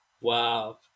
Wow